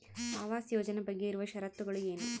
ಆವಾಸ್ ಯೋಜನೆ ಬಗ್ಗೆ ಇರುವ ಶರತ್ತುಗಳು ಏನು?